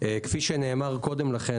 כפי שנאמר קודם לכן,